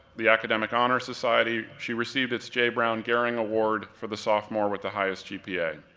the academic honor society, she received its j. brown goehring award for the sophomore with the highest gpa.